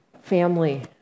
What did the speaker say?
family